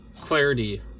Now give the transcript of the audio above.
Clarity